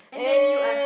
and